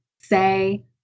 say